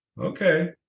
Okay